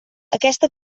aquesta